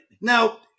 now